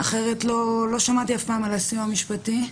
אחרת, לא שמעתי אף פעם על הסיוע המשפטי.